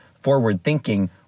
forward-thinking